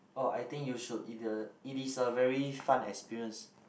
oh I think you should if you it is a very fun experience